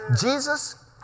Jesus